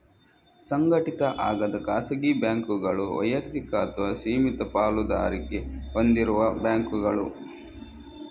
ಸಂಘಟಿತ ಆಗದ ಖಾಸಗಿ ಬ್ಯಾಂಕುಗಳು ವೈಯಕ್ತಿಕ ಅಥವಾ ಸೀಮಿತ ಪಾಲುದಾರಿಕೆ ಹೊಂದಿರುವ ಬ್ಯಾಂಕುಗಳು